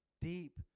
deep